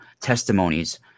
testimonies